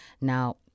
Now